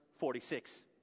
46